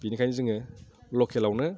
बेनिखायनो जोङो लकेलावनो